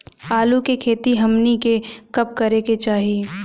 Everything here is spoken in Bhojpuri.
आलू की खेती हमनी के कब करें के चाही?